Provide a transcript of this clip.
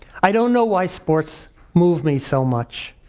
i don't know why sports move me so much,